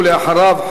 ואחריו,